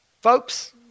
Folks